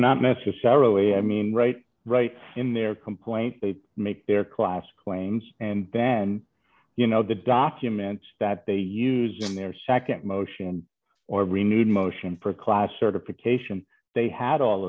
not necessarily i mean right right in their complaint they make their clients claims and then you know the documents that they use in their nd motion or we need a motion for class certification they had all